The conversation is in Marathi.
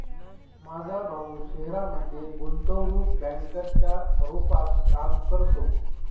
माझा भाऊ शहरामध्ये गुंतवणूक बँकर च्या रूपात काम करतो